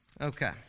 okay